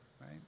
right